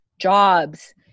jobs